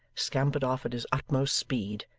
scampered off at his utmost speed,